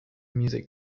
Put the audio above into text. music